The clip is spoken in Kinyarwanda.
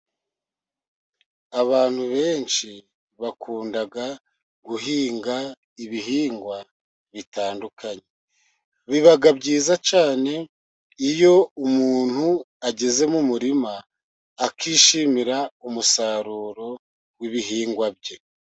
Abantu benshi bakunda guhinga ibihingwa bitandukanye, biba byiza cyane iyo umuntu ageze mu muririma, akishimira umusaruro w'ibihingwa bye.